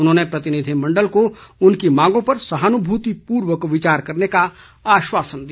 उन्होंने प्रतिनिधिमण्डल को उनकी मांगों पर सहानुभूतिपूर्वक विचार करने का आश्वासन दिया